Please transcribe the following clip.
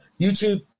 YouTube